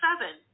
seven